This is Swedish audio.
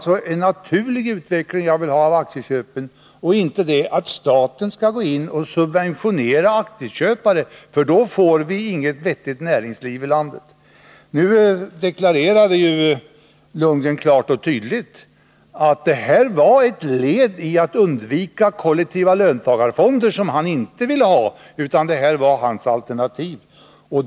Det är en naturlig utveckling av aktieköpen jag vill ha, inte att staten skall gå in och subventionera aktieköp, för då får vi inget vettigt näringsliv i landet. Nu deklarerade Bo Lundgren klart och tydligt att detta var ett led i att undvika kollektiva löntagarfonder, som han inte ville ha. Det var Bo Lundgrens alternativ till löntagarfonderna.